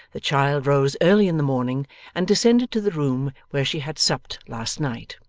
the child rose early in the morning and descended to the room where she had supped last night.